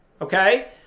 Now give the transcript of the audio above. Okay